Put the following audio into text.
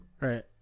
Right